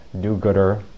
do-gooder